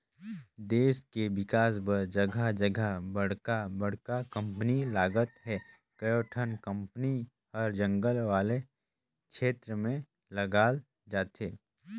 देस के बिकास बर जघा जघा बड़का बड़का कंपनी लगत हे, कयोठन कंपनी हर जंगल वाला छेत्र में लगाल जाथे